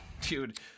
Dude